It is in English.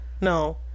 No